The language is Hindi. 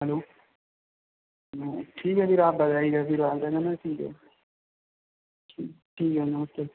हलो ठीक है फिर आप बताइएगा फिर आगरा जाना है ठीक है ठीक ठीक है नमस्ते